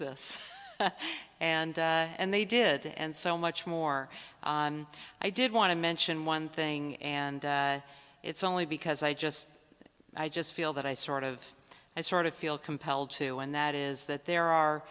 this and and they did and so much more i did want to mention one thing and it's only because i just i just feel that i sort of i sort of feel compelled to and that is that